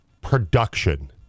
production